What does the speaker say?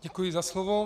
Děkuji za slovo.